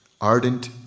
ardent